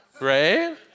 Right